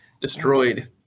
destroyed